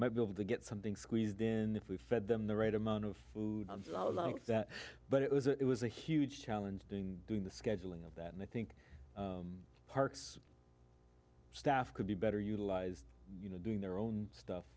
might be able to get something squeezed in that we fed them the right amount of food and that but it was it was a huge challenge doing doing the scheduling of that and i think the parks staff could be better utilized you know doing their own stuff